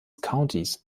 countys